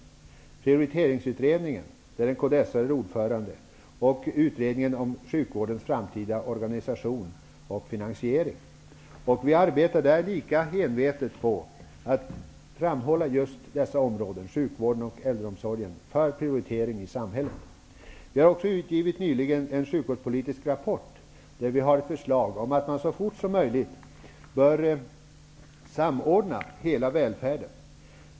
Det är Prioriteringsutredningen, där en kristdemokrat är ordförande, och Utredningen om sjukvårdens framtida organisation och finansiering. Vi arbetar där lika envetet med att framhålla sjukvården och äldreomsorgen för prioritering i samhället. Vi har också nyligen utgivit en sjukvårdspolitisk rapport, där vi har ett förslag om att man så fort som möjligt bör samordna hela välfärden.